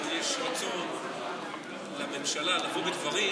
אם יש רצון לממשלה לבוא בדברים,